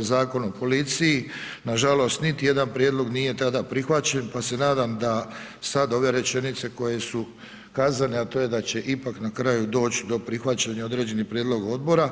Zakon o policiji, nažalost niti jedan prijedlog nije tada prihvaćen pa se nadam da sad ove rečenice koje su kazane, a to je da će ipak na kraju doć do prihvaćanja određenih prijedloga odbora.